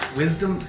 wisdom